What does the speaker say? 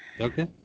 okay